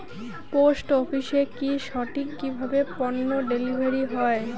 Post অফিসে কি সঠিক কিভাবে পন্য ডেলিভারি হয়?